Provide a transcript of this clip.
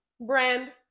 brand